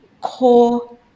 core